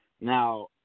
Now